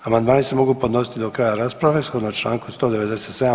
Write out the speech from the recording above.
Amandmani se mogu podnositi do kraja rasprave shodno članku 197.